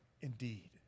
indeed